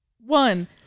one